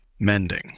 Mending